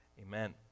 Amen